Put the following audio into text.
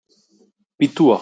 פיתוח